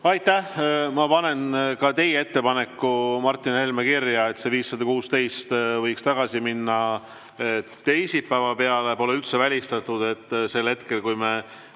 Aitäh! Ma panen ka teie ettepaneku, Martin Helme, kirja: eelnõu 516 võiks tagasi minna teisipäeva peale. Pole üldse välistatud, et sel hetkel, kui me